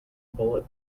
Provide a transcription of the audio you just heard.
bullet